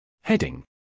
Heading